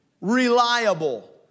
reliable